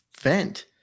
vent